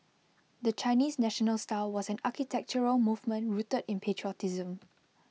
the Chinese national style was an architectural movement rooted in patriotism